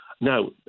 Now